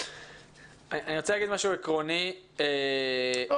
אני רוצה להגיד משהו עקרוני --- מה